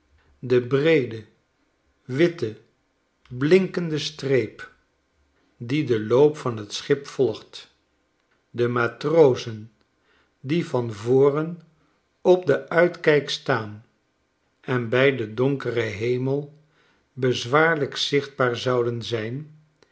de breede witte blinkende streep die den loop van t schip volgt de matrozen die van voren op den uitkijk staan en bij den donkeren hemel bezwaarlijk zichtbaar zouden zyn